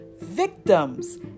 victims